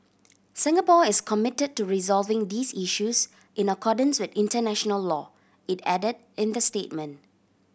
Singapore is committed to resolving these issues in accordance with international law it added in the statement